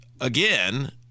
again